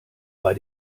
bei